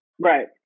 right